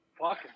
Fuck